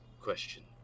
question